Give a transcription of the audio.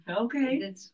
Okay